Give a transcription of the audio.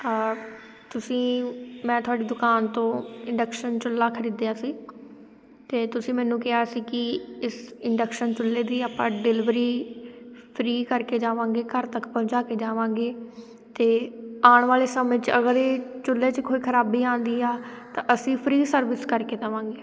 ਤੁਸੀਂ ਮੈਂ ਤੁਹਾਡੀ ਦੁਕਾਨ ਤੋਂ ਇੰਡਕਸ਼ਨ ਚੁੱਲ੍ਹਾ ਖਰੀਦਿਆ ਸੀ ਅਤੇ ਤੁਸੀਂ ਮੈਨੂੰ ਕਿਹਾ ਸੀ ਕਿ ਇਸ ਇੰਡਕਸ਼ਨ ਚੁੱਲ੍ਹੇ ਦੀ ਆਪਾਂ ਡਿਲੀਵਰੀ ਫਰੀ ਕਰਕੇ ਜਾਵਾਂਗੇ ਘਰ ਤੱਕ ਪਹੁੰਚਾ ਕੇ ਜਾਵਾਂਗੇ ਅਤੇ ਆਉਣ ਵਾਲੇ ਸਮੇ 'ਚ ਅਗਰ ਇਹ ਚੁੱਲ੍ਹੇ 'ਚ ਕੋਈ ਖਰਾਬੀ ਆਉਂਦੀ ਆ ਤਾਂ ਅਸੀਂ ਫਰੀ ਸਰਵਿਸ ਕਰਕੇ ਜਾਵਾਂਗੇ